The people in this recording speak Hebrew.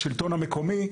לשלטון המקומי,